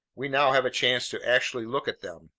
we now have a chance to actually look at them.